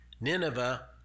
Nineveh